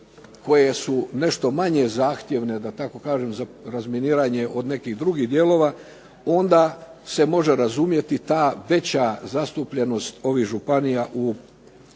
koje su nešto manje zahtjevne da tako kažem za razminiranje od nekih drugih dijelova, onda se može razumjeti ta veća zastupljenost ovih županija u